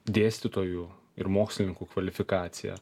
dėstytojų ir mokslininkų kvalifikaciją